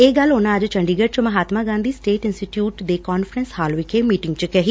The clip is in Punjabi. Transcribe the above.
ਇਹ ਗੱਲ ਉਨਾਂ ਅੱਜ ਚੰਡੀਗੜ ਚ ਮਹਾਤਮਾ ਗਾਂਧੀ ਸਟੇਟ ਇੰਸਟੀਚਿਉਟ ਦੇ ਕਾਨਫਰੰਸ ਹਾਲ ਵਿਖੇ ਮੀਟਿੰਗ ਚ ਕਹੀ